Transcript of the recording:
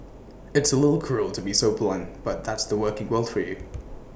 it's A little cruel to be so blunt but that's the working world for you